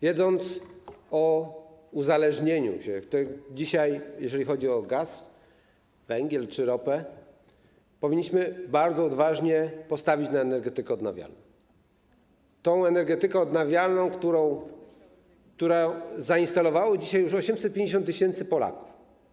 Wiedząc o uzależnieniu się dzisiaj, jeżeli chodzi o gaz, węgiel czy ropę, powinniśmy bardzo odważnie postawić na energetykę odnawialną, tę energetyką odnawialną, którą zainstalowało dzisiaj już 850 tys. Polaków.